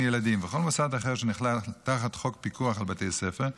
ילדים וכל מוסד אחר שנכלל תחת חוק פיקוח על בתי ספר,